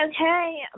okay